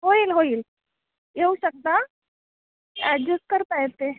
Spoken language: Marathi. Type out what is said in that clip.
होईल होईल येऊ शकता ॲडजस्ट करता येते